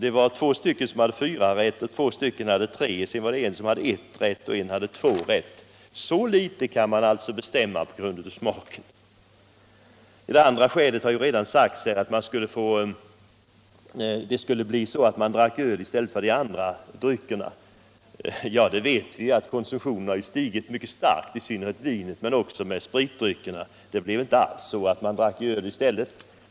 Två av testarna fick fyra rätt och två hade tre rätt, en hade ett rätt och en hade två rätt. Så litet kan man alltså avgöra med hjälp av smaken. Det andra skälet, som här redan har nämnts, var att människor skulle dricka öl i stället för andra och starkare spritdrycker. Men som vi vet har konsumtionen av andra alkoholdrycker tvärtom stigit mycket starkt, i synnerhet när det gäller vin men också andra spritdrycker. Det blev inte alls så att människorna drack öl i stället för sprit.